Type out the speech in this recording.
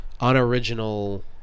unoriginal